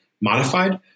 modified